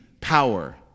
power